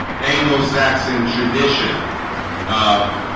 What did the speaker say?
anglo-saxon tradition of